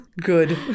Good